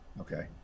Okay